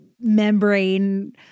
membrane